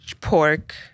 Pork